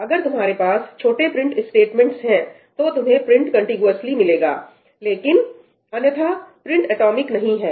अगर तुम्हारे पास छोटे प्रिंट स्टेटमेंटस हैं तो तुम्हें प्रिंट कंटिगुअसली मिलेगा लेकिन अन्यथा प्रिंट एटॉमिक नहीं है